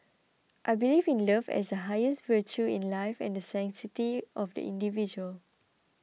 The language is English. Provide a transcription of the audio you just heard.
I believe in love as the highest virtue in life and the sanctity of the individual